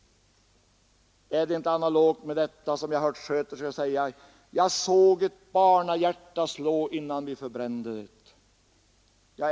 Är det inte i analogi med detta som vi har hört sköterskor säga: ”Jag såg ett barnahjärta slå innan vi förbrände det”?